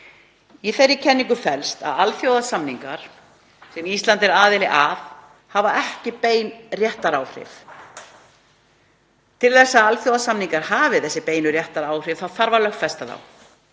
Í henni felst að alþjóðasamningar sem Ísland er aðili að hafa ekki bein réttaráhrif. Til þess að alþjóðasamningar hafi bein réttaráhrif þarf að lögfesta þá.